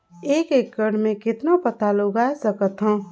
एक एकड़ मे कतेक पताल उगाय सकथव?